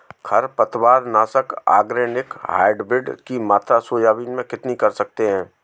खरपतवार नाशक organic hybrid की मात्रा सोयाबीन में कितनी कर सकते हैं?